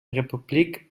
republik